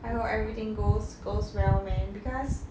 I hope everything goes goes well man because